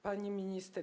Pani Minister!